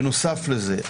בנוסף לזה,